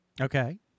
Okay